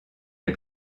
les